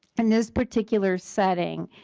and this particular setting